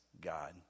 God